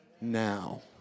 now